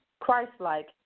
Christ-like